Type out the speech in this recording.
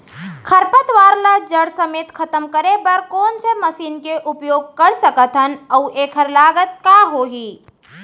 खरपतवार ला जड़ समेत खतम करे बर कोन से मशीन के उपयोग कर सकत हन अऊ एखर लागत का होही?